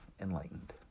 enlightened